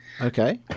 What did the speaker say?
okay